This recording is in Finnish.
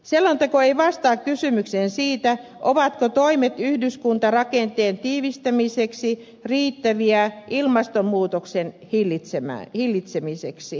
selonteko ei vastaa kysymykseen siitä ovatko toimet yhdyskuntarakenteen tiivistämiseksi riittäviä ilmastonmuutoksen hillitsemiseksi